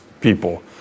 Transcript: people